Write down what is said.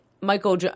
Michael